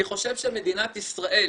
אני חושב שמדינת ישראל,